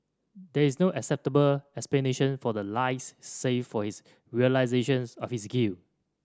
there is no acceptable explanation for the lies save for his realisations of his guilt